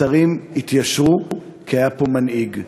השרים התיישרו כי היה פה מנהיג,